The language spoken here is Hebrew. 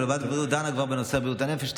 אבל ועדת בריאות כבר דנה בנושא בריאות הנפש.